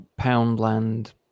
Poundland